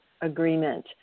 agreement